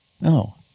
No